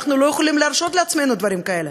אנחנו לא יכולים להרשות לעצמנו דברים כאלה.